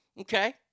Okay